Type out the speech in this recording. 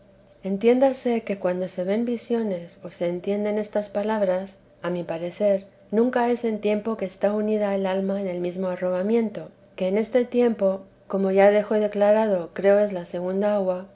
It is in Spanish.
entiéndase que cuando se ven visiones o se entienden estas palabras a mi parecer nunca es en tiempo que está unida el alma en el mesmo arrobamiento que en este tiempo como ya dejo declarado creo es la segunda agua